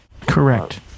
Correct